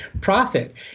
profit